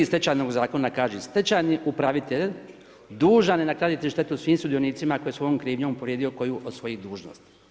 Stečajnog zakona kaže: Stečajni upravitelj dužan je nadoknaditi štetu svim sudionicima koji je svojom krivnjom povrijedio koju od svojih dužnosti.